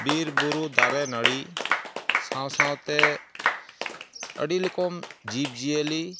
ᱵᱤᱨ ᱵᱩᱨᱩ ᱫᱟᱨᱮ ᱱᱟᱹᱲᱤ ᱥᱟᱶ ᱥᱟᱶᱛᱮ ᱟᱹᱰᱤ ᱞᱚᱠᱚᱢ ᱡᱤᱵᱽᱼᱡᱤᱭᱟᱹᱞᱤ